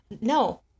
No